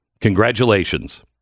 Congratulations